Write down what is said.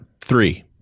three